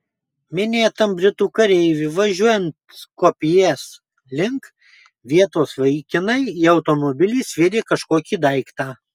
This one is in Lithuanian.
minėtam britų kareiviui važiuojant skopjės link vietos vaikinai į automobilį sviedė kažkokį daiktą